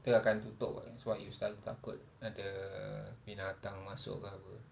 kita akan tutup [what] sebab you selalu takut ada binatang selalu masuk ke apa